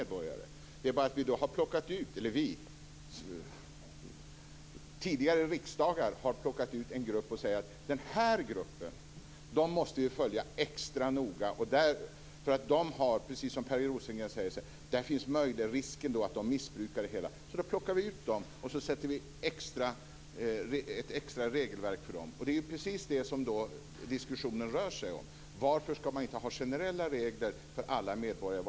Det är bara det att tidigare riksdagar har plockat ut en grupp och sagt: Den här gruppen måste vi följa extra noga därför att där finns möjligen risken - som Per Rosengren säger - att de missbrukar det hela. Därför plockar vi ut dem och sätter upp ett extra regelverk för dem. Vad diskussionen handlar om är just detta. Varför ska man alltså inte ha generella regler för alla medborgare?